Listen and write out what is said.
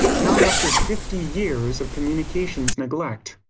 not after fifty years of communications neglect.